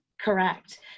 Correct